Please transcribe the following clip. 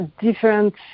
different